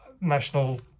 national